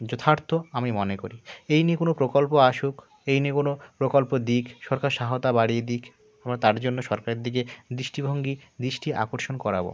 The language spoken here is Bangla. যথার্থ আমি মনে করি এই নিয়ে কোনো প্রকল্প আসুক এই নিয়ে কোনো প্রকল্প দিক সরকার সহায়তা বাড়িয়ে দিক আমরা তার জন্য সরকারের দিকে দৃষ্টিভঙ্গী দৃষ্টি আকর্ষণ করব